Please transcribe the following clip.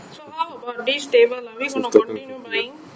so how about this table ah are we gonna continue buying